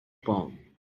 pound